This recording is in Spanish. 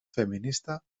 feminista